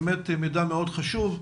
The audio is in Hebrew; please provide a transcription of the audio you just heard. באמת מידע חשוב.